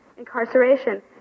incarceration